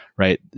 right